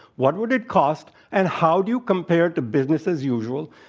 what would it cost, and how do you compare it to business as usual.